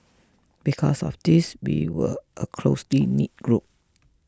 because of this we were a closely knit group